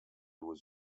was